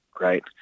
right